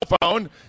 phone